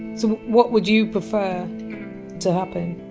so what would you prefer to happen?